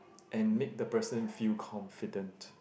and make the person feel confident